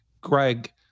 Greg